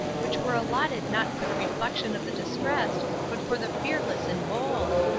which were allotted not for the reflection of the distressed, but for the fearless and bold.